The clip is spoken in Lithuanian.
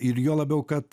ir juo labiau kad